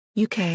UK